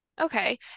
Okay